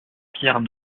pierre